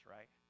Right